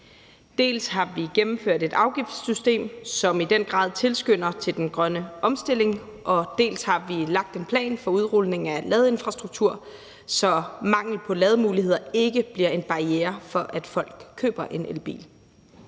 Dels har vi gennemført et afgiftssystem, som i den grad tilskynder til den grønne omstilling, dels har vi lagt en plan for udrulning af ladeinfrastruktur, så mangel på lademuligheder ikke bliver en barriere for, at folk køber en elbil.